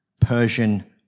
Persian